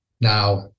Now